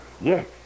Yes